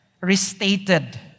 restated